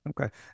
Okay